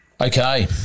Okay